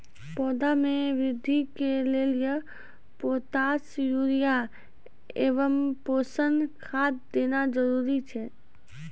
पौधा मे बृद्धि के लेली पोटास यूरिया एवं पोषण खाद देना जरूरी छै?